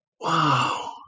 Wow